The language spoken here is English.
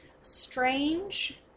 strange